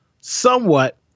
somewhat